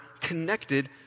connected